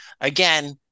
again